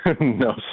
No